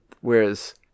Whereas